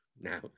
Now